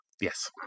Yes